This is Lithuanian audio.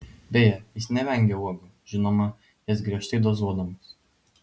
beje jis nevengia uogų žinoma jas griežtai dozuodamas